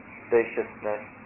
spaciousness